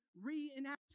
reenact